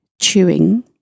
chewing